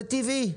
זה טבעי.